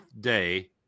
day